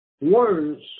words